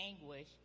anguish